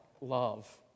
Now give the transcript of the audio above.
love